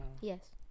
Yes